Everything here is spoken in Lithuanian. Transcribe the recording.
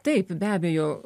taip be abejo